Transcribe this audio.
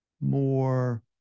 more